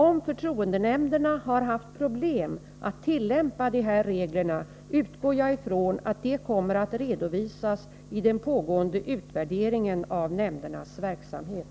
Om förtroendenämnderna har haft problem att tillämpa de här reglerna utgår jag från att det kommer att redovisas i den pågående utvärderingen av nämndernas verksamhet.